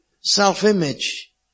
self-image